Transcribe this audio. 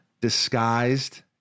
disguised